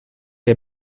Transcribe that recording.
est